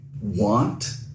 want